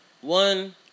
one